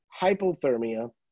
hypothermia